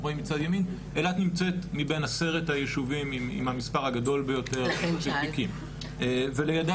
אילת נמצאת מבין עשרת היישובים עם המספר הגדול ביותר של תיקים ולידה